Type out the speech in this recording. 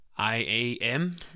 I-A-M